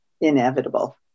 inevitable